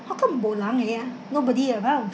how come bo lang eh ah nobody around